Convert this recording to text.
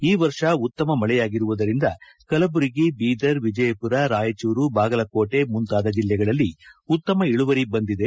ಈ ವರ್ಷ ಉತ್ತಮ ಮಳೆಯಾಗಿರುವುದರಿಂದ ಕಲಬುರಗಿ ಬೀದರ್ ವಿಜಯಪುರ ರಾಯಚೂರು ಬಾಗಲಕೋಟೆ ಮುಂತಾದ ಜಿಲ್ಲೆಗಳಲ್ಲಿ ಉತ್ತಮ ಇಳುವರಿ ಬಂದಿದೆ